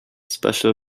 special